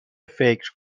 فکر